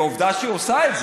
ועובדה שהיא עושה את זה.